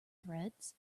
threads